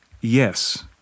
yes